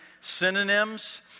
synonyms